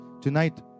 tonight